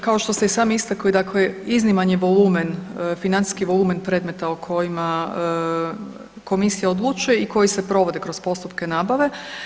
Kao što ste i sami istakli izniman je volumen, financijski volumen predmeta o kojima komisija odlučuje i koji se provode kroz postupke nabave.